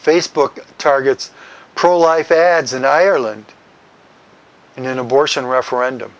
facebook targets pro life ads in ireland and in abortion referendum